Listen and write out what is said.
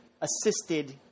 assisted